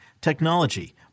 technology